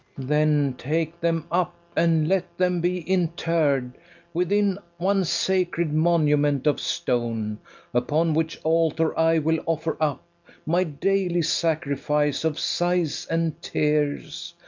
then take them up, and let them be interr'd within one sacred monument of stone upon which altar i will offer up my daily sacrifice of sighs and tears,